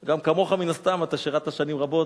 גם כמוך, מן הסתם, אתה שירתת שנים רבות.